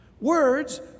Words